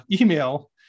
email